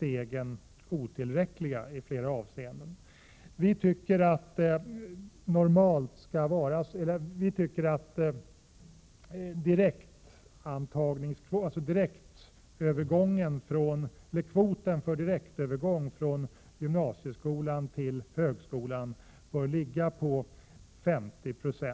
inte går tillräckligt långt. Vi menar t.ex. att kvoten för direktövergång från gymnasieskolan till högskolan bör ligga på 50 96.